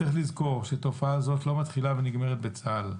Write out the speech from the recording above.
צריך לזכור שתופעה זו לא מתחילה ונגמרת בצה"ל.